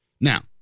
Now